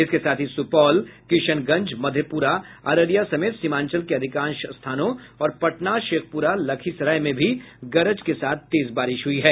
इसके साथ ही सुपौल किशनगंज मधेपुरा अररिया समेत सीमांचल के अधिकांश स्थानों और पटना शेखप्रा लखीसराय में भी गरज के साथ तेज बारिश हुई है